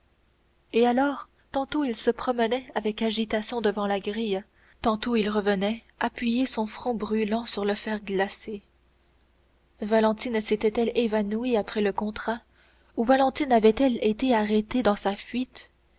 et alors tantôt il se promenait avec agitation devant la grille tantôt il revenait appuyer son front brûlant sur le fer glacé valentine s'était-elle évanouie après le contrat ou valentine avait-elle été arrêtée dans sa fuite